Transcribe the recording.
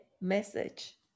message